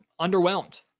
underwhelmed